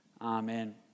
Amen